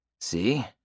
See